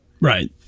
Right